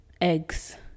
Eggs